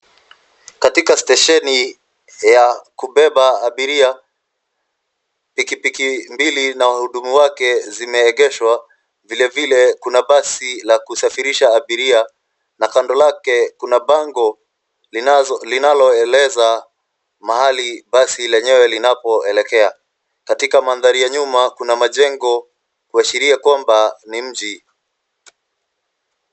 Katika stesheni ya kubeba abiria. Pikipiki mbili na wahudumu wake zimeegeshwa, vilevile kuna basi lakusafirisha abiria na kando lake kuna bango linaloaeleza mahali basi lenyewe linapoelekea. Katika mandhari ya nyuma kuna majengo kuashiria kwamba ni mji.